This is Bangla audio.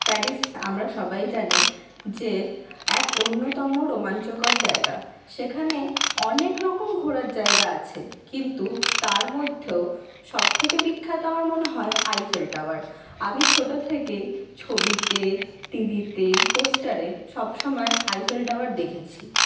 প্যারিস আমরা সবাই জানি যে এক অন্যতম রোমাঞ্চকর জায়গা সেখানে অনেক রকম ঘোরার জায়গা আছে কিন্তু তার মধ্যেও সব থেকে বিখ্যাত আমার মনে হয় আইফেল টাওয়ার আমি ছোট থেকেই ছবিতে টি ভিতে পোস্টারে সবসময় আইফেল টাওয়ার দেখেছি